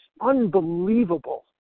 Unbelievable